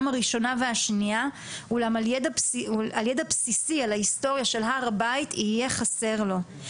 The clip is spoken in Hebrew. הראשונה והשנייה אולם ידע בסיסי על ההיסטוריה של הר הבית יהיה חסר לו.